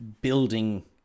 building